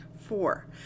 Four